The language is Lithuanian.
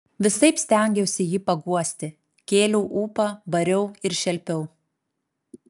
visaip stengiausi jį paguosti kėliau ūpą bariau ir šelpiau